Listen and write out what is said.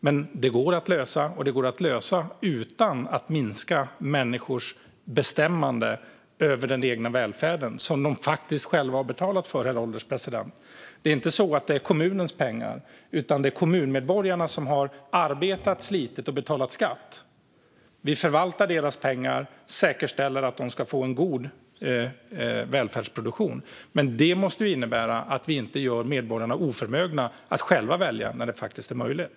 Men de går att lösa, och de går att lösa utan att minska människors bestämmande över den egna välfärden - som de faktiskt själva har betalat för, herr ålderspresident. Det är inte så att detta är kommunens pengar, utan det är kommunmedborgarna som har arbetat, slitit och betalat skatt. Vi förvaltar deras pengar och säkerställer att de får en god välfärdsproduktion. Det måste dock innebära att vi inte gör medborgarna oförmögna att själva välja när det faktiskt är möjligt.